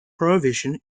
prohibition